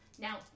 Now